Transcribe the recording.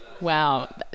Wow